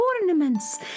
ornaments